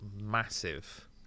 massive